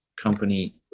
company